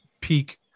peak